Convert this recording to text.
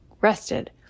rested